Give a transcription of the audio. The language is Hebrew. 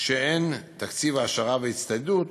שאין תקציב העשרה והצטיידות